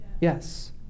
Yes